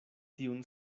tiun